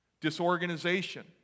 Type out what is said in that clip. Disorganization